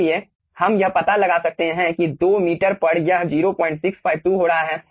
इसलिए हम यह पता लगा सकते हैं कि 2 मीटर पर यह 0652 हो रहा है